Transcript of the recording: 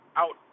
out